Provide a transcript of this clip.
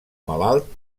malalt